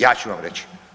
Ja ću vam reći.